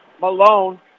Malone